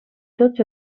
tots